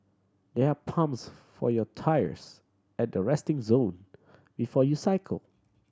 there are pumps for your tyres at the resting zone before you cycle